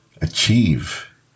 achieve